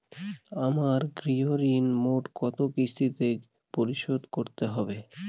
আমার গৃহঋণ মোট কত কিস্তিতে পরিশোধ করতে হবে?